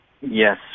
Yes